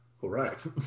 Correct